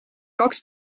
kaks